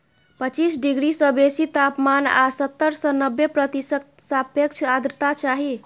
पच्चीस डिग्री सं बेसी तापमान आ सत्तर सं नब्बे प्रतिशत सापेक्ष आर्द्रता चाही